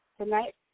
Tonight